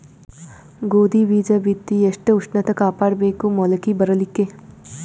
ಗೋಧಿ ಬೀಜ ಬಿತ್ತಿ ಎಷ್ಟ ಉಷ್ಣತ ಕಾಪಾಡ ಬೇಕು ಮೊಲಕಿ ಬರಲಿಕ್ಕೆ?